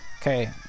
Okay